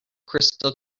crystal